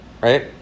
right